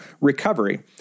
recovery